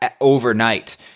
overnight